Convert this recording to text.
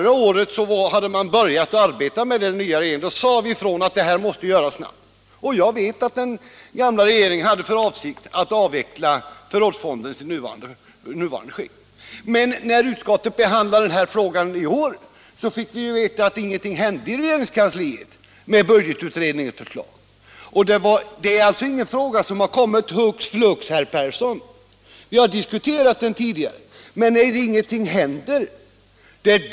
Jag vet att den gamla regeringen hade för avsikt att avveckla förrådsfonden i sitt nuvarande skick. Förra året då den nya regeringen började arbeta sade vi ifrån att det här måste göras snabbt. Men när utskottet behandlade den här frågan i år fick vi veta att ingenting hände med budgetutredningens förslag i regeringskansliet. Det är alltså ingen fråga som tagits upp hux flux, herr Persson. Vi har diskuterat = Nr 88 den tidigare. Men ingenting händer ju!